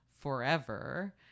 forever